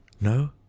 no